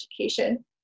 Education